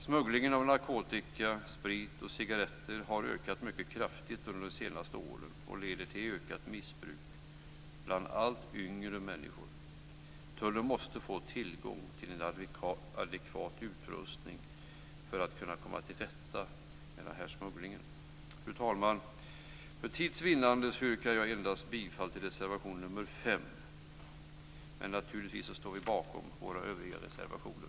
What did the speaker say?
Smugglingen av narkotika, sprit och cigaretter har ökat mycket kraftigt under de senaste åren och leder till ökat missbruk bland allt yngre människor. Tullen måste få tillgång till en adekvat utrustning för att komma till rätta med smugglingen. Fru talman! För tids vinnande yrkar jag bifall endast till reservation nr 5, men vi står naturligtvis bakom våra övriga reservationer.